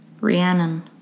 Rhiannon